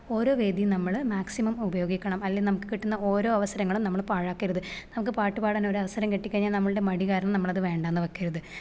ഓരോ വേദിയും നമ്മൾ മാക്സിമം ഉപയോഗിക്കണം അല്ലേൽ നമുക്ക് കിട്ടുന്ന ഓരോ അവസരങ്ങളും നമ്മൾ പാഴാക്കരുത് നമുക്ക് പാട്ടുപാടാൻ ഒരവസരം കിട്ടി കഴിഞ്ഞാൽ നമ്മളുടെ മടി കാരണം നമ്മളത് വേണ്ടാന്ന് വെക്കരുത്